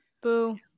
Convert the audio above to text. Boo